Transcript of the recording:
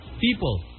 people